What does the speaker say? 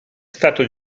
stato